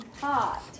hot